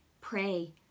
pray